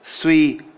three